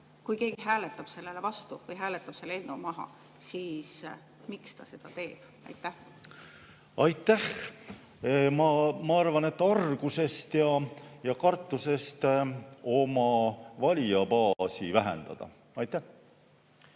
kui keegi hääletab selle vastu, hääletab selle eelnõu maha, siis miks ta seda teeb? Aitäh! Ma arvan, et argusest ja kartusest oma valijabaasi vähendada. Aitäh!